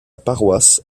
paroisse